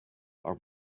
are